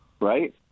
Right